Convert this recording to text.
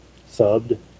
subbed